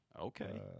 Okay